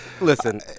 Listen